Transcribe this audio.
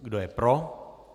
Kdo je pro?